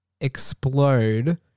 explode